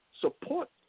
support